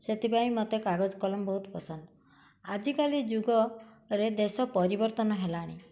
ସେଥିପାଇଁ ମୋତେ କାଗଜ କଲମ ବହୁତ ପସନ୍ଦ ଆଜିକାଲି ଯୁଗରେ ଦେଶ ପରିବର୍ତ୍ତନ ହେଲାଣି